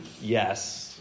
Yes